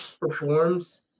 performs